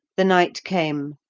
the night came,